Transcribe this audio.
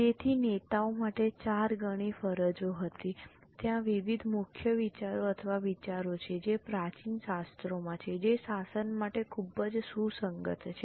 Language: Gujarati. તેથી નેતાઓ માટે ચાર ગણી ફરજો હતી ત્યાં વિવિધ મુખ્ય વિચારો અથવા વિચારો છે જે પ્રાચીન શાસ્ત્રોમાં છે જે શાસન માટે ખૂબ જ સુસંગત છે